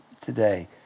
today